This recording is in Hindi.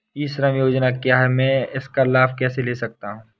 ई श्रम योजना क्या है मैं इसका लाभ कैसे ले सकता हूँ?